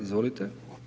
Izvolite.